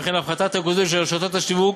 וכן להפחתת הריכוזיות של רשתות השיווק